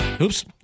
Oops